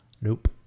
Nope